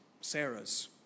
Sarah's